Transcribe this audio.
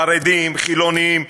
חרדים וחילונים,